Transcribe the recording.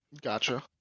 Gotcha